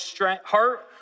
heart